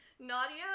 Nadia